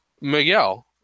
Miguel